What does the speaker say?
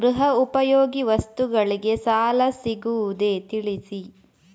ಗೃಹ ಉಪಯೋಗಿ ವಸ್ತುಗಳಿಗೆ ಸಾಲ ಸಿಗುವುದೇ ತಿಳಿಸಿ?